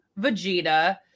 Vegeta